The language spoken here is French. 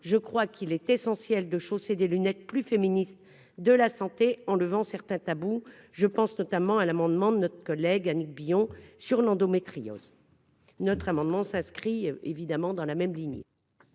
je crois qu'il est essentiel de chausser des lunettes plus féministe de la santé, enlevant certains tabous, je pense notamment à l'amendement de notre collègue Annick Billon sur l'endométriose. Notre amendement s'inscrit évidemment dans la même lignée.